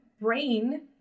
brain